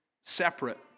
separate